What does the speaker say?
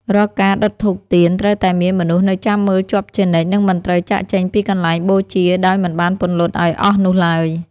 រាល់ការដុតធូបទៀនត្រូវតែមានមនុស្សនៅចាំមើលជាប់ជានិច្ច និងមិនត្រូវចាកចេញពីកន្លែងបូជាដោយមិនបានពន្លត់ឱ្យអស់នោះឡើយ។